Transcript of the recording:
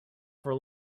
for